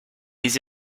des